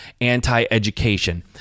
anti-education